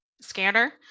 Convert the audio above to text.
scanner